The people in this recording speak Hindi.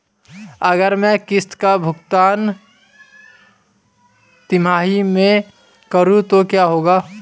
अगर मैं किश्त का भुगतान तिमाही में करूं तो क्या होगा?